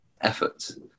efforts